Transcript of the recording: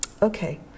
Okay